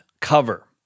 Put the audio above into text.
cover